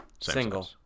Single